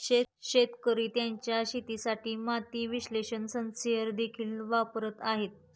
शेतकरी त्यांच्या शेतासाठी माती विश्लेषण सेन्सर देखील वापरत आहेत